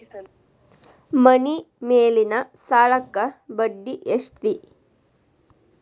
ಮನಿ ಮೇಲಿನ ಸಾಲಕ್ಕ ಬಡ್ಡಿ ಎಷ್ಟ್ರಿ?